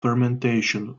fermentation